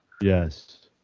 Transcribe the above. Yes